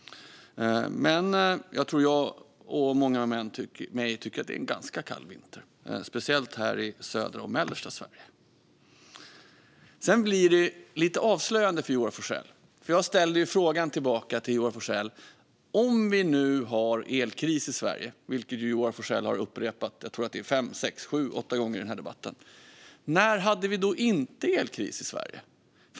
Jag tror ändå att många med mig tycker att det är en ganska kall vinter, särskilt här i södra och mellersta Sverige. Sedan blir det lite avslöjande för Joar Forssell. Jag ställde ju frågan tillbaka: Om vi nu har elkris i Sverige, vilket Joar Forssell har upprepat flera gånger i den här debatten, när hade vi då inte elkris i Sverige?